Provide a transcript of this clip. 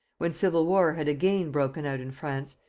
when civil war had again broken out in france,